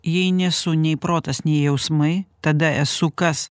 jei nesu nei protas nei jausmai tada esu kas